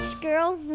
Girl